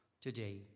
today